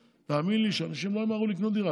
תאמין לי שאנשים לא ימהרו לקנות דירה.